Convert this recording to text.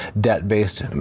debt-based